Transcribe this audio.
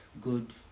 good